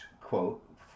quote